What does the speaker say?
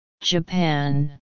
Japan